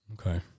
Okay